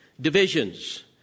Divisions